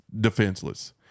defenseless